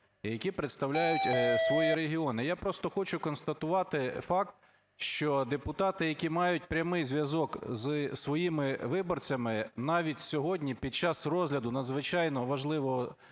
які представляють свої регіони. Я просто хочу констатувати факт, що депутати, які мають прямий зв'язок зі своїми виборцями, навіть сьогодні під час розгляду надзвичайно важливого